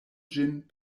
ĝin